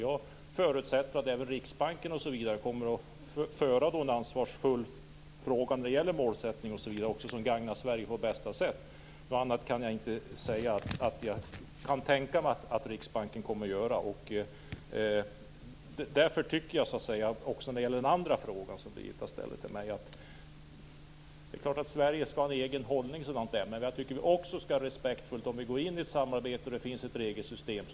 Jag förutsätter att även Riksbanken kommer att föra frågan om målsättningen på ett ansvarsfullt sätt som gagnar Sverige på bästa sätt. Något annat kan jag inte säga att jag kan tänka mig att Riksbanken kommer att göra. Därför tycker jag också när det gäller den andra fråga som Birgitta Hambraeus ställer till mig att det är klart att Sverige skall ha en egen hållning så långt som möjligt. Men jag tycker också att vi skall vara respektfulla om vi går in i ett samarbete och det finns ett regelsystem.